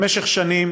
במשך שנים